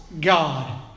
God